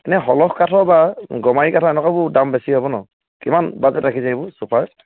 এনেই শলখ কাঠৰ বা গমাৰি কাঠৰ এনেকুৱাবোৰ দাম বেছি হ'ব নহ্ কিমান বাজেট ৰাখিছে এইবোৰ চোফাত